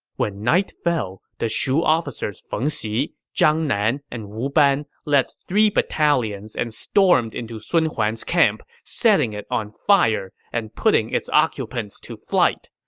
when night fell, the shu officers feng xi, zhang nan, and wu ban led three battalions and stormed into sun huan's camp, setting it on fire and putting its occupants to flight.